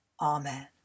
Amen